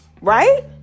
right